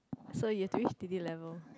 so you have to reach D_D level